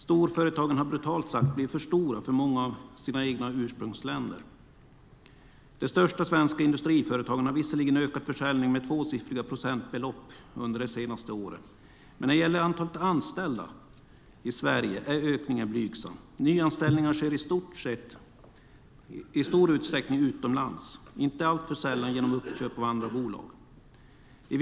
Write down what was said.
Storföretagen har, brutalt sagt, blivit för stora för många av sina egna ursprungsländer. De största svenska industriföretagen har visserligen ökat försäljningen med tvåsiffriga procentbelopp under de senaste åren, men när det gäller antalet anställda i Sverige är ökningen blygsam. Nyanställningar sker i stor utsträckning utomlands, inte alltför sällan genom uppköp av andra bolag.